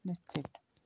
that's it